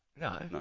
No